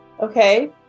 Okay